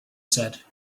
said